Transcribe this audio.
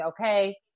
okay